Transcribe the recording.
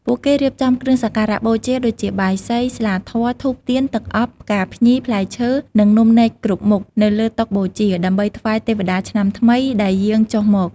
ពួកគេរៀបចំ គ្រឿងសក្ការៈបូជា ដូចជា បាយសី ស្លាធម៌ ធូប ទៀន ទឹកអប់ ផ្កាភ្ញី ផ្លែឈើ និងនំនែកគ្រប់មុខ នៅលើតុបូជា ដើម្បីថ្វាយទេវតាឆ្នាំថ្មីដែលយាងចុះមក។